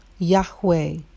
Yahweh